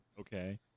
Okay